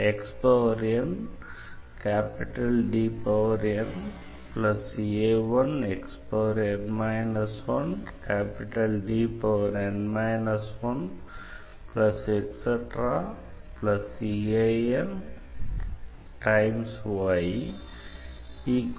vlcsnap 2019 04 15 10h34m22s531